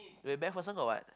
wait MacPherson got what